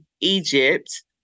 egypt